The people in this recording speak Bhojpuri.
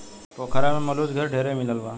पोखरा में मुलच घर ढेरे मिलल बा